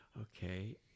okay